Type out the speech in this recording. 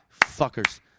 fuckers